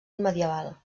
medieval